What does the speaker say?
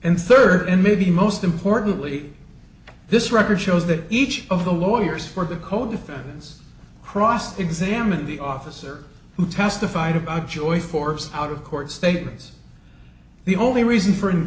third and maybe most importantly this record shows that each of the lawyers for the co defendants cross examined the officer who testified about joy force out of court statements the only reason for an